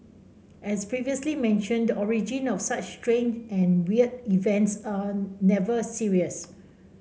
as previously mentioned the origin of such strange and weird events are never serious